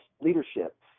leadership